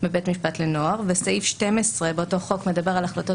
בבית משפט לנוער וסעיף 12 באותו חוק מדבר על החלטות